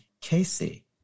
Casey